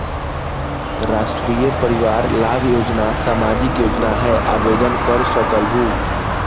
राष्ट्रीय परिवार लाभ योजना सामाजिक योजना है आवेदन कर सकलहु?